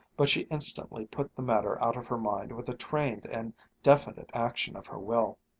but she instantly put the matter out of her mind with a trained and definite action of her will.